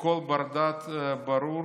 לכל בר-דעת ברור